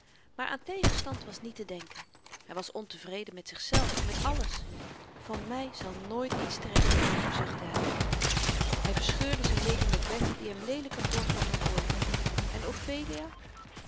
maar aan tegenstand was niet te denken hy was ontevreden met zichzelf met alles van my zal nooit iets terecht komen zuchtte hy hy verscheurde z'n lady macbeth die hem leelyker voorkwam dan ooit en ophelia